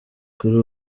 kuri